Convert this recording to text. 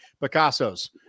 Picasso's